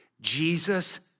Jesus